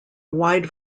wide